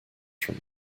from